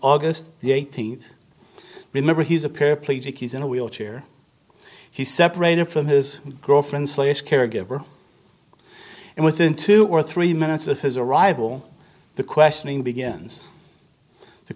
august the eighteenth remember he's a paraplegic he's in a wheelchair he separated from his girlfriend caregiver and within two or three minutes of his arrival the questioning begins t